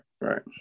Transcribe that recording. right